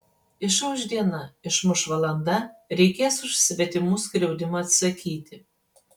išauš diena išmuš valanda reikės už svetimų skriaudimą atsakyti